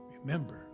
Remember